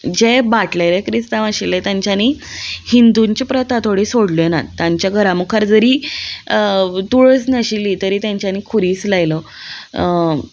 जे बाटलेले क्रिस्तांव आशिल्ले तांच्यानी हिंदूंच्यो प्रथा थोडी सोडल्यो नात तांच्या घरा मुखार जरी तुळस नाशिल्ली तरी तेंच्यांनी खुरीस लायलो